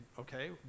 okay